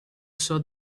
saw